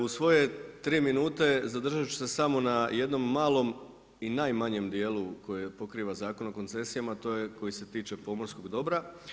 U svoje tri minute zadržat ću se samo na jednom malom i najmanjem dijelu koji pokriva Zakon o koncesijama, to je koji se tiče pomorskog dobra.